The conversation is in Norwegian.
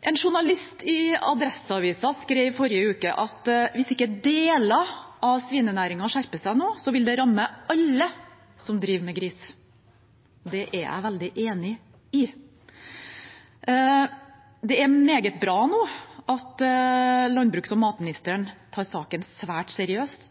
En journalist i Adresseavisen skrev forrige uke at hvis ikke deler av svinenæringen skjerper seg nå, vil det ramme alle som driver med gris. Det er jeg veldig enig i. Det er meget bra at landbruks- og matministeren tar saken svært seriøst.